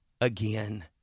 again